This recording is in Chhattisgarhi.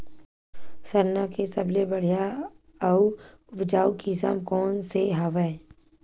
सरना के सबले बढ़िया आऊ उपजाऊ किसम कोन से हवय?